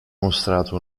mostrato